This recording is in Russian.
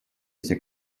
эти